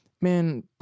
man